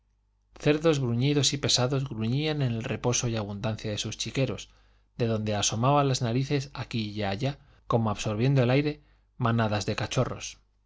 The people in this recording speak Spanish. cerdos bruñidos y pesados gruñían en el reposo y abundancia de sus chiqueros de donde asomaban las narices aquí y allá como absorbiendo el aire manadas de cachorros